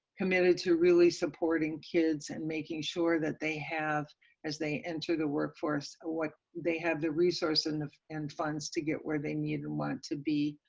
committed to really supporting kids and making sure that they have as they enter the workforce, what they have the resources and funds to get where they need and want to be.